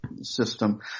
system